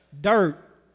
dirt